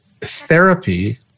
therapy